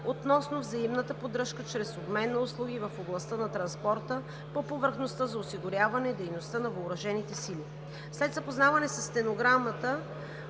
относно взаимна поддръжка чрез обмен на услуги в областта на транспорта по повърхността за осигуряване на дейности на въоръжените сили (SEFS). След запознаване със стенограмата